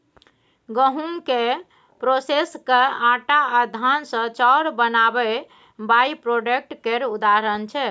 गहुँम केँ प्रोसेस कए आँटा आ धान सँ चाउर बनाएब बाइप्रोडक्ट केर उदाहरण छै